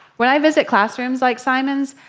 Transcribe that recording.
when i visit classrooms like simon's,